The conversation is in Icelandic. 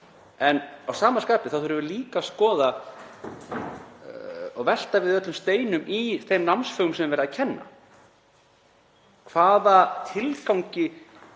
Að sama skapi þurfum við líka að skoða og velta við öllum steinum í þeim námsfögum sem verið er að kenna: Hvaða tilgangur